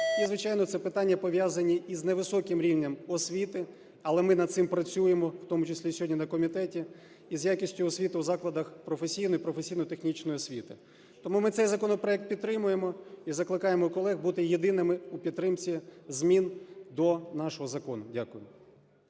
і, звичайно, це питання, пов'язані із невисоким рівнем освіти, але ми над цим працюємо, в тому числі і сьогодні на комітеті, і з якістю освіти в закладах професійної і професійно-технічної освіти. Тому ми цей законопроект підтримуємо і закликаємо колег бути єдиними у підтримці змін до нашого закону. Дякую.